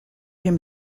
him